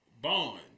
Bond